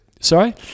sorry